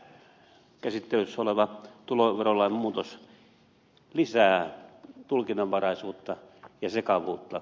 tämä nyt käsittelyssä oleva tuloverolain muutos lisää tulkinnanvaraisuutta ja sekavuutta